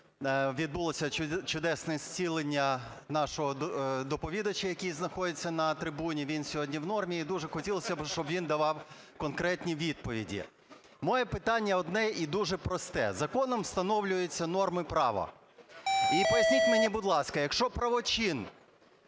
відбулося чудесне зцілення нашого доповідача, який знаходиться на трибуні, він сьогодні в нормі, і дуже хотілось би, щоб він давав конкретні відповіді. Моє питання одне і дуже просте. Законом встановлюються норми права, і поясніть мені, будь ласка, якщо правочин